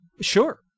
Sure